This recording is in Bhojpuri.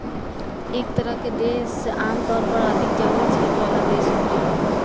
एह तरह के देश आमतौर पर अधिक जंगली क्षेत्र वाला देश होखेला